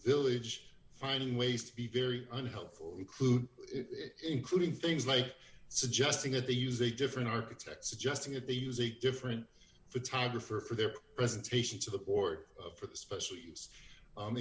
village finding ways to be very unhelpful include it including things like suggesting that they use a different architect suggesting that they use a different photographer for their presentation to the court